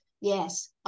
Yes